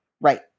Right